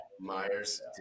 Myers